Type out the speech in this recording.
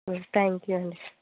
thank you అండి